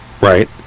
right